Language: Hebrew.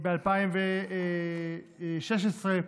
ב-2016,